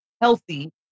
healthy